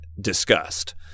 discussed